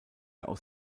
aus